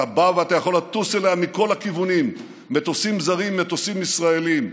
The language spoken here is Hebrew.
אתה יכול לטוס אליה מכל הכיוונים במטוסים זרים ובמטוסים ישראליים.